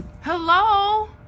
Hello